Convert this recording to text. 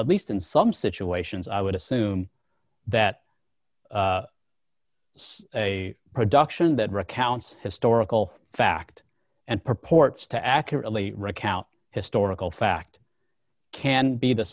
at least in some situations i would assume that such a production that recounts historical fact and purports to accurately recount historical fact can be the